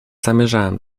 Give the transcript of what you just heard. zamierzałam